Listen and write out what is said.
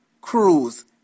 Cruise